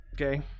okay